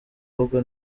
ahubwo